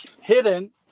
hidden